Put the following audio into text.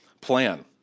plan